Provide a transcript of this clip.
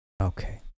Okay